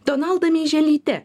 donalda meiželyte